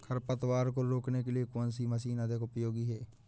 खरपतवार को रोकने के लिए कौन सी मशीन अधिक उपयोगी है?